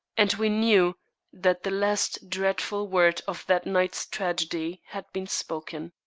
and we knew that the last dreadful word of that night's tragedy had been spoken.